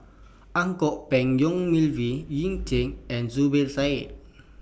Ang Kok Peng Yong Melvin Yik Chye and Zubir Said